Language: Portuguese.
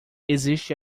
existe